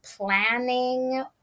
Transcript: planning